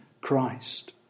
Christ